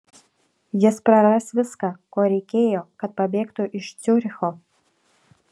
jis praras viską ko reikėjo kad pabėgtų iš ciuricho